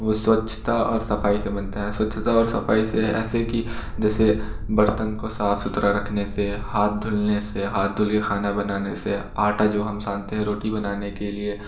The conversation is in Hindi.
वो स्वच्छता और सफ़ाई से बनता है स्वच्छता और सफ़ाई से है ऐसे कि जैसे बर्तन को साफ़ सुथरा रखने से हाथ धुलने से हाथ धुल के खाना बनाने से आटा जो हम छानते हैं रोटी बनाने के लिए